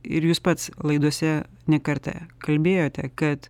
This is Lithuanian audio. ir jūs pats laidose ne kartą kalbėjote kad